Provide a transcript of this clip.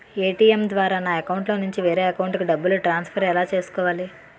ATM ద్వారా నా అకౌంట్లోనుంచి వేరే అకౌంట్ కి డబ్బులు ట్రాన్సఫర్ ఎలా చేసుకోవాలి?